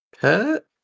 pet